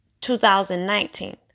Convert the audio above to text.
2019